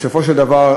בסופו של דבר,